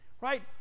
right